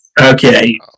Okay